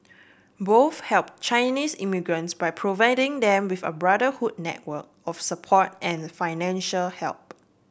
both helped Chinese immigrants by providing them with a brotherhood network of support and financial help